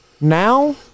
Now